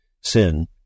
sin